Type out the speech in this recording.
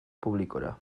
publikora